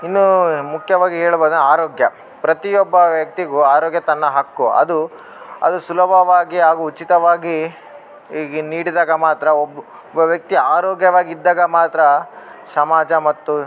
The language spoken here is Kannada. ಇನ್ನೂ ಮುಖ್ಯವಾಗಿ ಹೇಳುವಾಗ ಆರೋಗ್ಯ ಪ್ರತಿಯೊಬ್ಬ ವ್ಯಕ್ತಿಗೂ ಆರೋಗ್ಯ ತನ್ನ ಹಕ್ಕು ಅದು ಅದು ಸುಲಭವಾಗಿ ಹಾಗೂ ಉಚಿತವಾಗಿ ಹೀಗೆ ನೀಡಿದಾಗ ಮಾತ್ರ ಒಬ್ಬ ಒಬ್ಬ ವ್ಯಕ್ತಿ ಆರೋಗ್ಯವಾಗಿದ್ದಾಗ ಮಾತ್ರ ಸಮಾಜ ಮತ್ತು